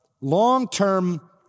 long-term